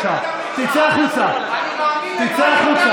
תצא החוצה, בבקשה.